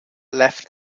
left